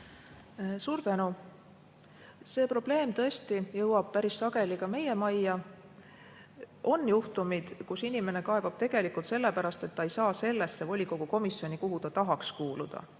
Suur tänu! See probleem tõesti jõuab päris sageli ka meie majja. On juhtumeid, kus inimene kaebab tegelikult sellepärast, et ta ei saa sellesse volikogu komisjoni, kuhu ta tahaks kuuluda.